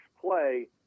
play